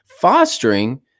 Fostering